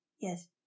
Yes